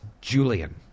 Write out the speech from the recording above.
Julian